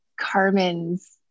Carmen's